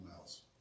else